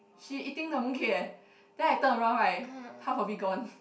she eating the mooncake eh then I turn around right half of it gone